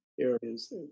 areas